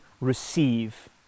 receive